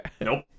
Nope